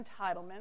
entitlement